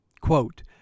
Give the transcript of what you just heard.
Quote